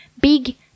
big